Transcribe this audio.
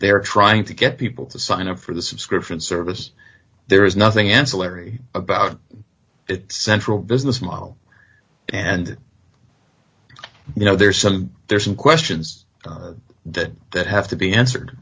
they are trying to get people to sign up for the subscription service there is nothing ancillary about it central business model and you know there's some there's some questions that that have to be answered